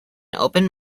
open